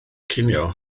cinio